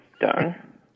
done